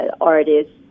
artists